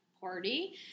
party